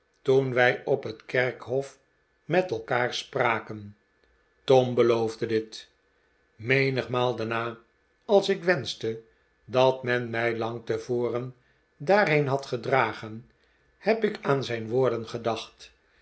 toen wij op het kerkhof met elkaar spraken tom beloofde dit menigmaal daarna als ik wenschte dat men mij lang tevoren daarheen had gedragen heb ik aan zijn woorden gedacht